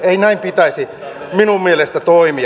ei näin pitäisi minun mielestäni toimia